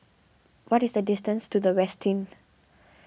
what is the distance to the Westin